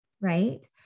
right